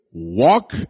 Walk